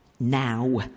now